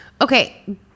Okay